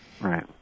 Right